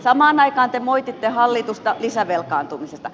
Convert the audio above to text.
samaan aikaan te moititte hallitusta lisävelkaantumisesta